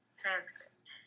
transcript